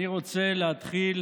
אני רוצה להתחיל